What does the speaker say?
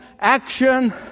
action